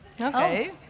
Okay